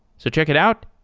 so check it out,